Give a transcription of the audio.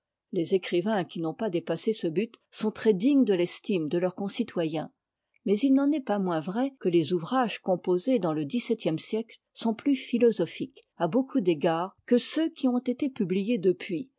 les écrivains qui n'ont pas dépassé ce but sont très dignes de l'estime de leurs concitoyens mais il n'en est pas moins vrai que les ouvrages composés dans le dix-septième siècle sont plus phitosophiques à beaucoup d'égards que ceux qui ont été publiés depuis